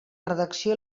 redacció